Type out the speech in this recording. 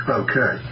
okay